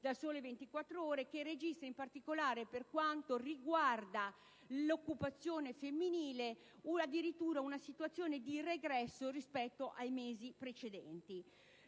«Il Sole 24 ore», che registra in particolare, per quanto riguarda l'occupazione femminile, addirittura una situazione di regresso rispetto ai mesi precedenti.